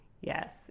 Yes